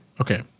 Okay